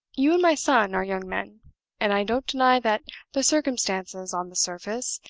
you and my son are young men and i don't deny that the circumstances, on the surface,